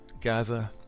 gather